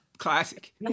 classic